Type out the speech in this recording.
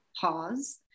pause